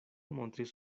montris